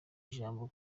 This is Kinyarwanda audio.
ijambo